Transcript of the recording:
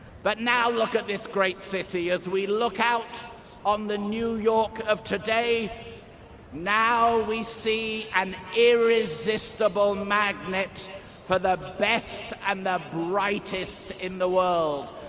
but now look at this great city. as we look out on the new york of today now we see an irresistible magnet for the best and um the brightest in the world.